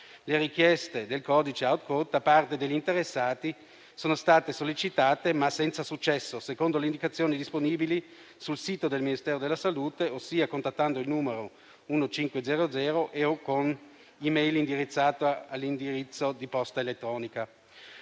Le richieste del codice *authcode* da parte degli interessati sono state sollecitate, ma senza successo, secondo le indicazioni disponibili sul sito del Ministero della salute, ossia contattando il numero 1500 o con *e-mail* indirizzata all'indirizzo di posta elettronica.